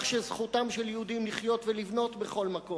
שזכותם של יהודים לחיות ולבנות בכל מקום.